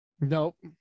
Nope